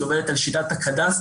היא עובדת על שיטת הקדסטר,